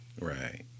Right